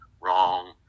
wrong